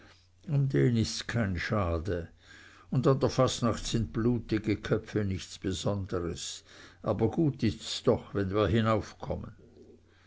den ist's kein schade und an der fastnacht sind blutige köpfe nichts besonderes aber gut ist's doch wenn wir